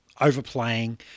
overplaying